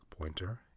pointer